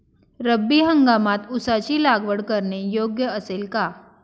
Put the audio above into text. रब्बी हंगामात ऊसाची लागवड करणे योग्य असेल का?